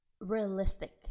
realistic